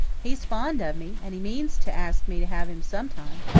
he's fond of me, and he means to ask me to have him sometime.